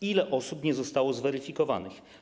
Ile osób nie zostało zweryfikowanych?